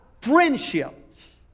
friendships